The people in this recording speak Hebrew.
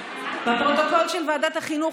בפרוטוקול של ועדת החינוך,